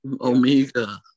Omega